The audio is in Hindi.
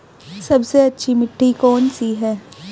सबसे अच्छी मिट्टी कौन सी है?